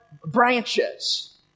branches